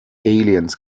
aliens